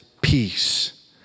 peace